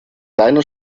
deiner